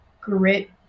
grit